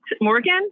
Morgan